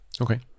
Okay